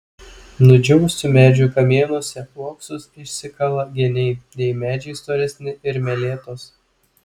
nudžiūvusių medžių kamienuose uoksus išsikala geniai jei medžiai storesni ir meletos